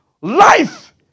Life